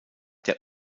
der